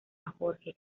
jorge